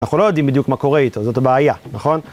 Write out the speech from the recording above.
אנחנו לא יודעים בדיוק מה קורה איתו, זאת הבעיה, נכון?